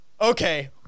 okay